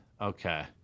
Okay